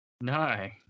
No